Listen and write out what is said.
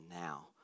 now